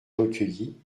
recueilli